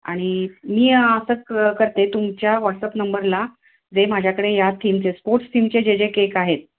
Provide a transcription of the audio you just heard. आणि मी असं क करते तुमच्या वॉट्सअप नंबरला जे माझ्याकडे या थीमचे स्पोट्स थीमचे जे जे केक आहेत